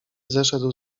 zeszedł